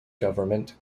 government